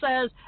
says